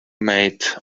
made